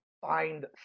find